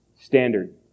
standard